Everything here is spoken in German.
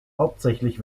hauptsächlich